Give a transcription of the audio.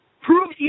Prove